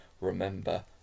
remember